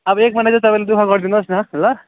अब एक महिना चाहिँ तपाईँले दुख गरिदिनुहोस् न ल